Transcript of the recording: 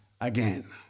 again